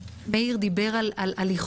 מאיר יצחק הלוי דיבר על איחוי,